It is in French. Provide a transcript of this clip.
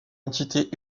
entité